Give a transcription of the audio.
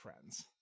friends